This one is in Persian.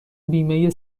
بیمه